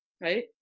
right